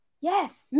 Yes